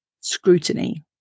scrutiny